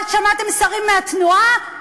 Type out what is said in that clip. שמעתם שרים מהתנועה?